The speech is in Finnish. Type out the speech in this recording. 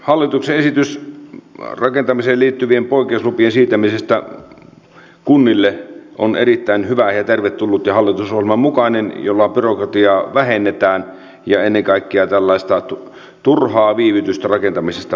hallituksen esitys rakentamiseen liittyvien poikkeuslupien siirtämisestä kunnille on erittäin hyvä ja tervetullut ja hallitusohjelman mukainen esitys jolla byrokratiaa vähennetään ja ennen kaikkea tällaista turhaa viivytystä rakentamisesta poistetaan